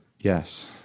Yes